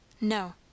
No